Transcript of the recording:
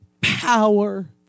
power